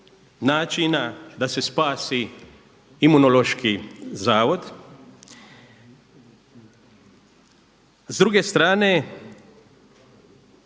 načina da se spasi Imunološki zavod. S druge strane